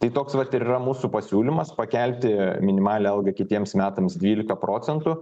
tai toks vat ir yra mūsų pasiūlymas pakelti minimalią algą kitiems metams dvylika procentų